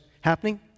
happening